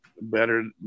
better